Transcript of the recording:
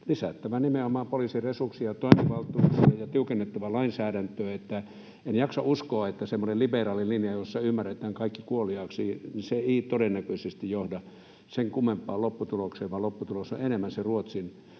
lisättävä nimenomaan poliisin resursseja ja toimivaltuuksia ja tiukennettava lainsäädäntöä. En jaksa uskoa semmoista liberaalia linjaa, jossa ymmärretään kaikki kuoliaaksi: se ei todennäköisesti johda sen kummempaan lopputulokseen, vaan lopputulos on enemmän se Ruotsin tie,